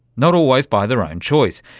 not always by their own choice,